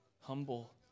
humble